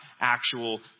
actual